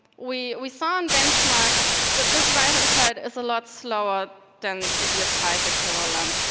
we we saw in benchmarks that this right-hand side is a lot slower than the e s five equivalent.